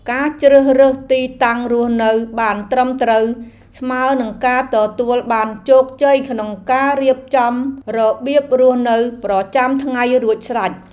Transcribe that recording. ការជ្រើសរើសទីតាំងរស់នៅបានត្រឹមត្រូវស្មើនឹងការទទួលបានជោគជ័យក្នុងការរៀបចំរបៀបរស់នៅប្រចាំថ្ងៃរួចស្រេច។